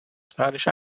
spanish